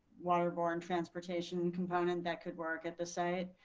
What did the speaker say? waterborne transportation component that could work at the site.